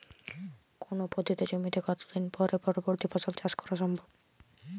কোনো পতিত জমিতে কত দিন পরে পরবর্তী ফসল চাষ করা সম্ভব?